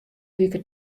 wike